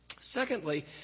Secondly